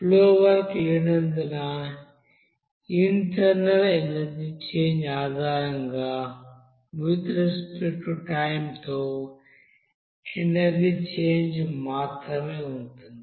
flow work లేనందున internal energy change ఆధారంగా with respect to time తో ఎనర్జీ చేంజ్ మాత్రమే ఉంటుంది